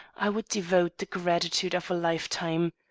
i would devote the gratitude of a lifetime.